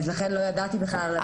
אז לכן אני לא ידעתי בכלל על הדיון.